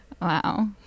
Wow